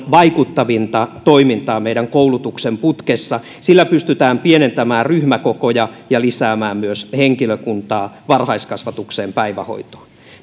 vaikuttavinta toimintaa meidän koulutuksen putkessa sillä pystytään pienentämään ryhmäkokoja ja lisäämään myös henkilökuntaa varhaiskasvatukseen ja päivähoitoon